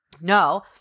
No